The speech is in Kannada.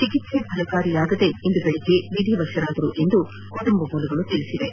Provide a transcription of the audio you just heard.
ಚಿಕಿತ್ಸೆ ಫಲಕಾರಿಯಾಗಿದೆ ಇಂದು ಬೆಳಗ್ಗೆ ವಿಧಿವಶರಾದರೆಂದು ಕುಟುಂಬ ಮೂಲಗಳು ತಿಳಿಸಿವೆ